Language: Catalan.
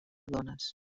dones